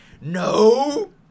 No